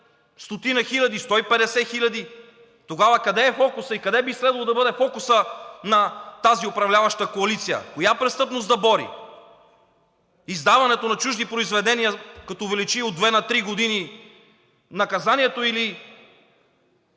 Стотина хиляди, 150 хиляди! Тогава къде е фокусът и къде би следвало да бъде фокусът на тази управляваща коалиция, коя престъпност да бори – издаването на чужди произведения, като увеличи от 2 на 3 години наказанието или